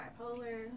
bipolar